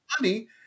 money